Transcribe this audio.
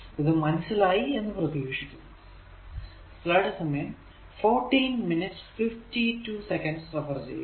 ഇത് മനസ്സിലായി എന്ന് പ്രതീക്ഷിക്കുന്നു